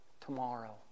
tomorrow